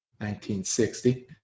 1960